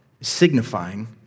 signifying